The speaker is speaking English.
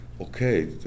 Okay